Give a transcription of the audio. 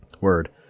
Word